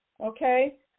okay